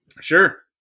Sure